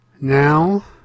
now